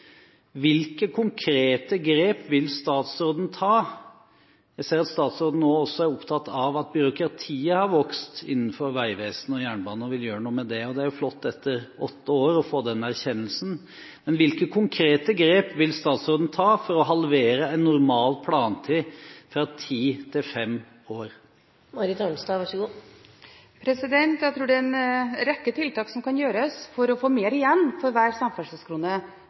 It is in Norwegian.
Hvilke konkrete grep vil statsråden ta – jeg ser at statsråden nå også er opptatt av at byråkratiet har vokst innenfor Vegvesenet og jernbanen, og vil gjøre noe med det, og det er jo flott etter åtte år å få den erkjennelsen – for å halvere en normal plantid fra ti til fem år? Jeg tror det er en rekke tiltak som kan gjøres for å få mer igjen for hver samferdselskrone